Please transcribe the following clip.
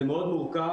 זה מאוד מורכב.